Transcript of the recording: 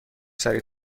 سریع